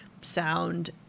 sound